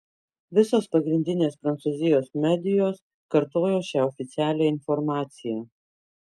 visos pagrindinės prancūzijos medijos kartojo šią oficialią informaciją